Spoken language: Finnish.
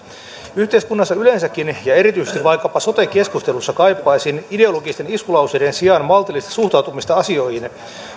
yhteiskunnassa yleensäkin ja erityisesti vaikkapa sote keskustelussa kaipaisin ideologisten iskulauseiden sijaan maltillista suhtautumista asioihin